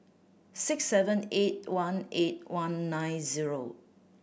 six seven eight one eight one nine zero